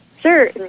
sure